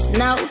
no